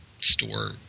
store